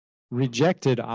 Rejected